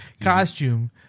Costume